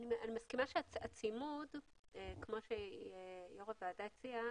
אני מסכימה שהצימוד כמו שיושבת ראש הוועדה הציעה,